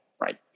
right